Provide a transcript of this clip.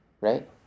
Right